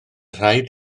rhaid